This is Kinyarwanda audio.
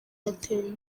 yatewe